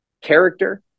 character